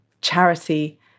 charity